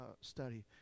study